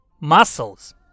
muscles